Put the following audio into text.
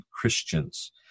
Christians